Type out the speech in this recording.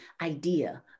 idea